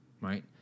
right